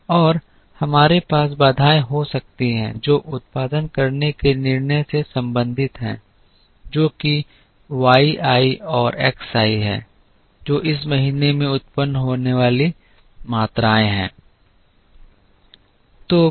और हमारे पास बाधाएं हो सकती हैं जो उत्पादन करने के निर्णय से संबंधित हैं जो कि y i और x i हैं जो इस महीने में उत्पन्न होने वाली मात्राएं हैं